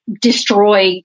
destroy